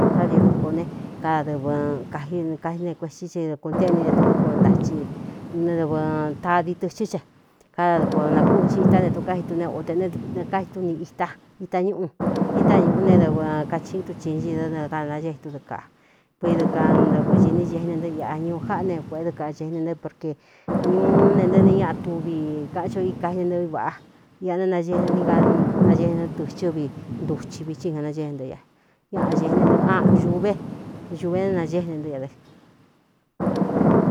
Kádi dúko ne kada dɨvɨ kajikaí ne kuestí ce dɨkuntéꞌni ne tudúko ntathi dɨvɨ tadii tɨchɨ́ cha kada dɨko nakúꞌ chi itá ne tukáji tune oo tē nenekai tú ni ita ita ñúꞌu itá ñūꞌu ne dɨvɨ kachiꞌín tuchincii dá ɨaa naée túdɨɨ kaꞌa kuidu ka ndɨvɨ ñīní ñee ne ntɨ iꞌa ñuú jáꞌa ne kuēꞌé dɨ ka chene ntɨ porkē ñuú ne ntɨ ni ñaꞌa tuvi kāꞌan ch o i kaji ña ntɨ̄ɨí vāꞌa iꞌa ne nañée ne ni ka naéee nɨ tɨ̄xchɨ́ vi ntuchi vithi ja naée no ña ñaꞌa ñēꞌene ntɨ ūve ñuve neé nagéꞌne ntó́ ña dɨ.